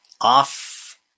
off